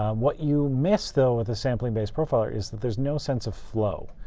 what you miss, though, with the sampling-based profiler is that there's no sense of flow.